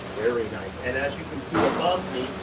very nice. and as you can see above me,